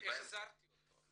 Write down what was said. החזרתי לך אותה.